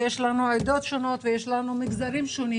יש לנו עדות שונות ויש לנו מגזרים שונים